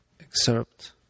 excerpt